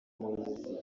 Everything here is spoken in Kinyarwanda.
muhizi